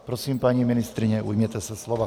Prosím, paní ministryně, ujměte se slova.